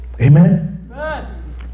Amen